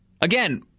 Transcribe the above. Again